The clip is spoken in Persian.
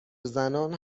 زنان